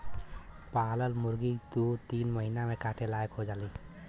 पालल मुरगी दू तीन महिना में काटे लायक हो जायेली